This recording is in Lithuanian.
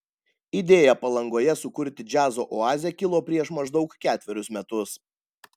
idėja palangoje sukurti džiazo oazę kilo prieš maždaug ketverius metus